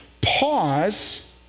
pause